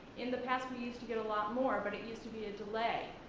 in the past we used to get a lot more, but it used to be a delay,